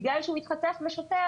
בגלל שהוא מתחכך בשוטר,